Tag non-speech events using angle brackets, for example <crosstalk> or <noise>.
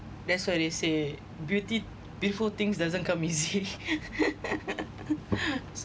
that's why they say beauti~ beautiful things doesn't come easy <laughs>